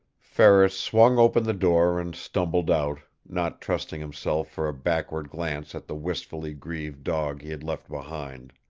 ferris swung open the door and stumbled out, not trusting himself for a backward glance at the wistfully grieved dog he had left behind.